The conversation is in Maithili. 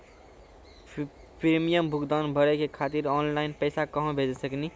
प्रीमियम भुगतान भरे के खातिर ऑनलाइन पैसा भेज सकनी?